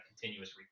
continuous